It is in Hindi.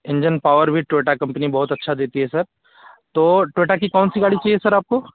इंजन पॉवर भी टोयटा कम्पनी बहुत अच्छा देती है सर तो टोयटा की कौन सी गाड़ी चाहिए सर आपको